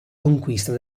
conquista